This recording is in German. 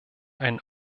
ein